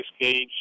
gauge